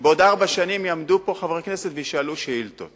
שבעוד ארבע שנים יעמדו פה חברי כנסת וישאלו שאילתות.